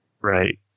Right